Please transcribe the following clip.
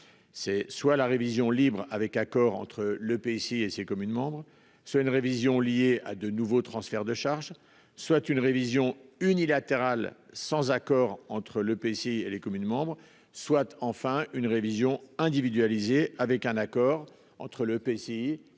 C'est soit la révision libre avec accord entre le PC et ses communes membres soit une révision lié à de nouveaux transferts de charges soit une révision unilatérale, sans accord entre le PC et les communes membres soit enfin une révision individualisé avec un accord entre le PCI et une majorité